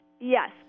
Yes